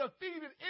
defeated